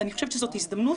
אני חושבת שזאת הזדמנות,